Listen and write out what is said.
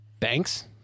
thanks